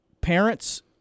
parents